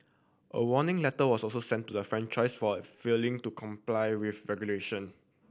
a warning letter was also sent to the franchisee for failing to comply with regulation